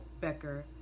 Becker